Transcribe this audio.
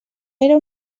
era